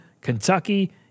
Kentucky